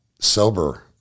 sober